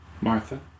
Martha